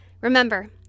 Remember